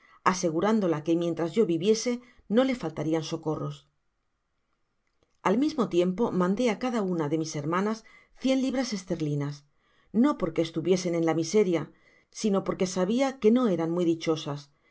asegurándola que mientras yo viviese no le faltarían socorros al mismo tiempo mande á cada una de mis hermanas cien lidras esterlinas no porque estuviesen en ia miseria sino porque sabia que no eran muy dichosas